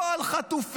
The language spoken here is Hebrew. לא על חטופים,